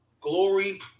glory